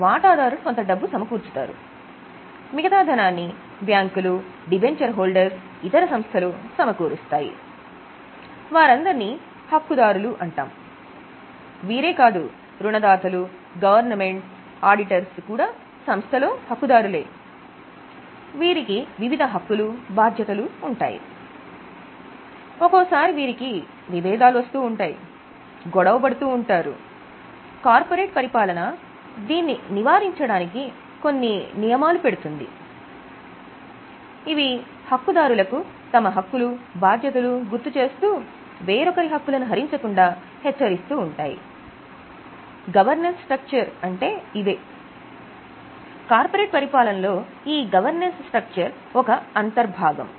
వాటాదారులు ఒక అంతర్భాగం